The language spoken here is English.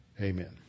Amen